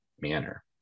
manner